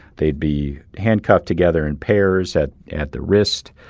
they'd be handcuffed together in pairs at at the wrist.